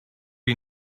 you